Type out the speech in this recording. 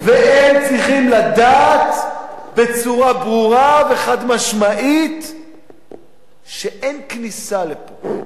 והם צריכים לדעת בצורה ברורה וחד-משמעית שאין כניסה לפה.